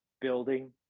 building